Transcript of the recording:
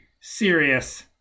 serious